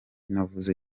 navuze